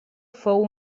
fou